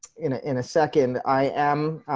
in in a second i am